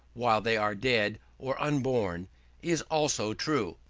while they are dead or unborn is also true.